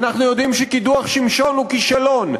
אנחנו יודעים שקידוח שמשון הוא כישלון.